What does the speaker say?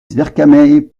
vercamer